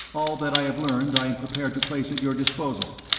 all that i have learned i am prepared to place at your disposal.